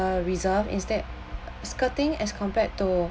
the reserve instead skirting as compared to